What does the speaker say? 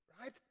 right